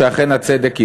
שאכן הצדק עמה.